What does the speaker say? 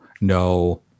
no